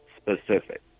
specific